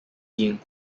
being